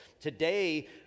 today